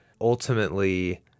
ultimately